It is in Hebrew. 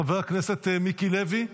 חבר הכנסת מיקי לוי,